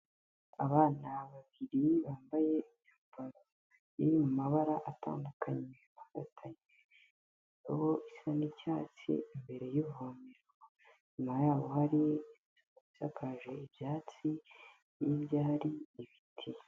Abana babiri bambaye imyambaro iri mabara atandukanye bafatanye indobo isa n'icyatsi imbere y'ivomero, inyuma yabo hari inzu isakaje ibyatsi hirya hari ibiti.